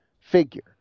figure